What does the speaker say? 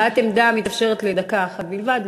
הבעת עמדה מתאפשרת לדקה אחת בלבד.